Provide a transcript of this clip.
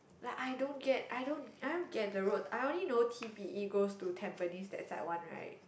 like I don't get I don't I don't get the road I only know t_p_e goes to Tampines that side one right